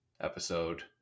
episode